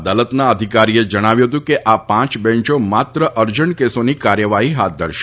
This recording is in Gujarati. અદાલતના અધિકારીએ જણાવ્યું હતું કે આ પાંચ બેન્ચો માત્ર અરજન્ટ કેસોની કાર્યવાહી હાથ ધરશે